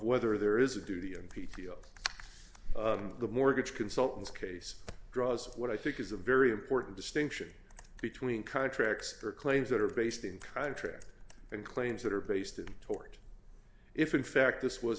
whether there is a duty n p t the mortgage consultant case draws what i think is a very important distinction between contracts or claims that are based in contract and claims that are based in tort if in fact this was